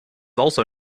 also